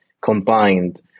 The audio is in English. combined